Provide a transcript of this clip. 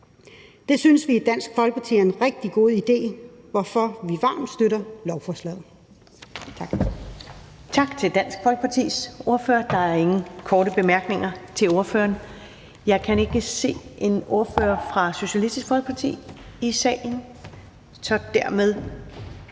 Det synes vi i Dansk Folkeparti er en rigtig god idé, hvorfor vi varmt støtter lovforslaget. Tak. Kl. 11:04 Første næstformand (Karen Ellemann): Tak til Dansk Folkepartis ordfører. Der er ingen korte bemærkninger til ordføreren. Jeg kan ikke se en ordfører fra Socialistisk Folkeparti i salen, så derfor